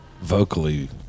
vocally